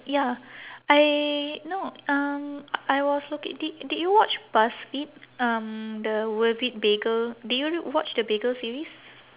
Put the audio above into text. ya I no um I was looking did did you watch buzzfeed um the worth it bagel did you watch the bagel series